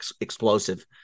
explosive